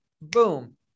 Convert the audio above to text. boom